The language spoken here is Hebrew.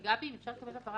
גבי, האם אפשר לקבל הבהרה?